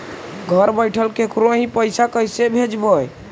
घर बैठल केकरो ही पैसा कैसे भेजबइ?